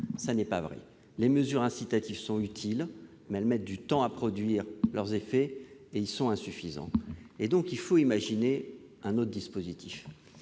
médicale. Les mesures incitatives sont utiles, mais elles mettent du temps à produire leurs effets, et ceux-ci sont insuffisants. Il faut imaginer un autre dispositif